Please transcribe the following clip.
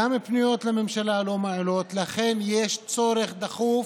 גם פניות לממשלה לא מועילות, ולכן יש צורך דחוף